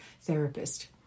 therapist